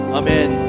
amen